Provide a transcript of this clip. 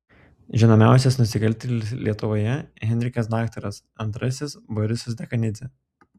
žinomiausias nusikaltėlis lietuvoje henrikas daktaras antrasis borisas dekanidzė